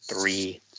three